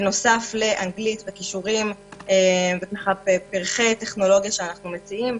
בנוסף לאנגלית וכישורים בפרחי טכנולוגיה שאנחנו מציעים.